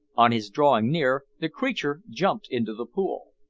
on his drawing near, the creature jumped into the pool.